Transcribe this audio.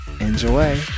Enjoy